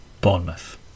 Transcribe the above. Bournemouth